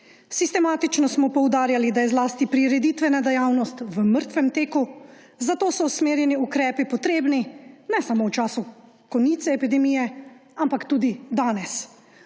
Sistematično smo poudarjali, da je zlasti prireditvena dejavnost v mrtvem teku, zato so usmerjeni ukrepi potrebni ne samo v času konice epidemije, ampak tudi danes